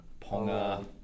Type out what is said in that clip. Ponga